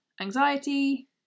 anxiety